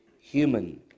human